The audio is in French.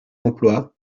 emplois